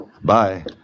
Bye